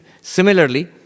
Similarly